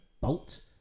bolt